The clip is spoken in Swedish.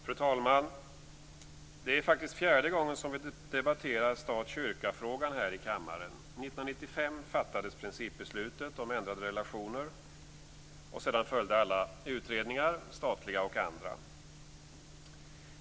Fru talman! Det är faktiskt fjärde gången vi debatterar stat-kyrka-frågan här i kammaren. 1995 fattades principbeslutet om ändrade relationer och sedan följde alla utredningar, statliga och andra.